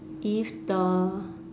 if the